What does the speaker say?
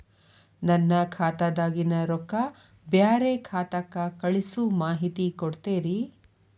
ನನ್ನ ಖಾತಾದಾಗಿನ ರೊಕ್ಕ ಬ್ಯಾರೆ ಖಾತಾಕ್ಕ ಕಳಿಸು ಮಾಹಿತಿ ಕೊಡತೇರಿ?